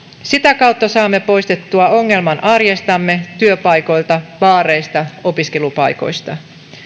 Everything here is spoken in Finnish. sitä kautta saamme poistettua ongelman arjestamme työpaikoilta baareista opiskelupaikoista